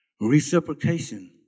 Reciprocation